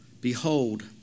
Behold